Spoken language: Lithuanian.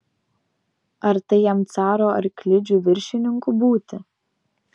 ar tai jam caro arklidžių viršininku būti